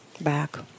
back